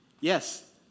Yes